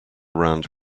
round